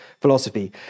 philosophy